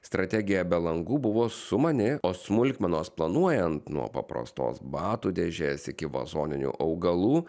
strategija be langų buvo sumani o smulkmenos planuojant nuo paprastos batų dėžės iki vazoninių augalų